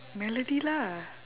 melody lah